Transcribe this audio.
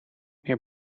meer